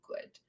good